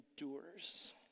endures